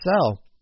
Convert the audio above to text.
sell